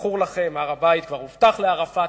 הזכור לכם, והר-הבית כבר הובטח לערפאת.